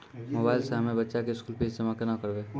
Mobile से हम्मय बच्चा के स्कूल फीस जमा केना करबै?